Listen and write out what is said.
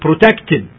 protected